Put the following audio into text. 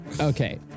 Okay